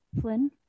Flynn